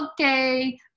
okay